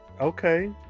Okay